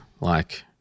Like-